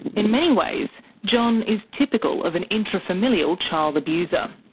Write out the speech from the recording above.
in many ways, john is typical of an intrafamilial child abuser.